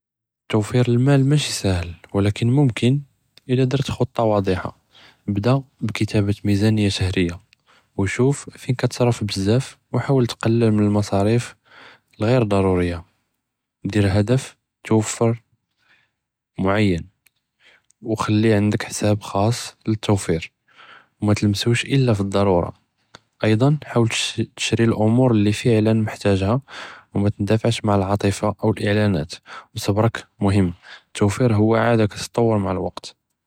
תוואפר אלמאל מאשי סאהל ולכּן מומכן אידא דרת ח'וטה וואדחה, אבדה בכתאבת מיזאניה שחוריה ושוף וין קאתסראף בזאף וחאול תקלל פלצריף אלג'יר דרוריה, דר אהדפ תוואפר מלגב מוג'אדן וח'לי ענדק חשאב כח'אסס בתוואפר מתלמסוש אלא לדרורה, כאזא חאול תשרי לי פועלן מחתאג'ה ומאתנדפעש עם אלעאטפאת או אלאילנאת. אלתוואפר הוא עדתן תתקוואל עם אלזמן.